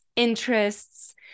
interests